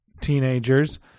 teenagers